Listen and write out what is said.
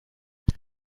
این